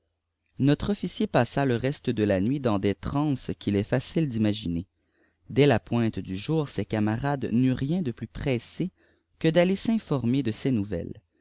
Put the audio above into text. not officier pat le reçtjb de jia nuit dans des traases ou'îl est facile d'imaginer dès la pointe du jour ses camarades n euréh rien de plus pressé que d'aller s'inforrnèr de ses nouvelles